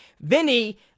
Vinny